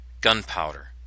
gunpowder